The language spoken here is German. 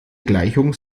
gleichung